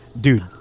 Dude